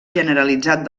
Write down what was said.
generalitzat